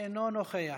אינו נוכח,